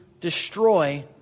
destroy